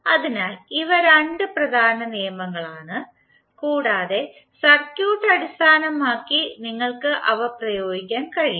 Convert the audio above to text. അതിനാൽ ഇവ 2 പ്രധാന നിയമങ്ങളാണ് കൂടാതെ സർക്യൂട്ട് അടിസ്ഥാനമാക്കി നിങ്ങൾക്ക് അവ പ്രയോഗിക്കാൻ കഴിയും